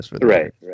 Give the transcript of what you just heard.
Right